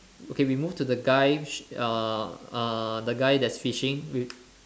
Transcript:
okay we move to the guy uh uh the guy that's fishing with